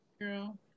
girl